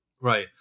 Right